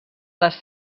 les